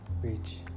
reach